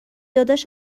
داداش